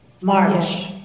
March